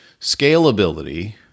scalability